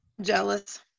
jealous